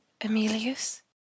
Emilius